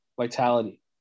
Vitality